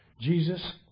Jesus